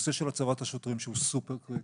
הנושא של הצבת השוטרים, שהוא סופר קריטי,